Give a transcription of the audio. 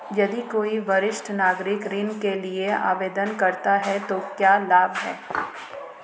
यदि कोई वरिष्ठ नागरिक ऋण के लिए आवेदन करता है तो क्या लाभ हैं?